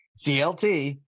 CLT